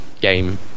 game